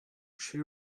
she